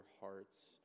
hearts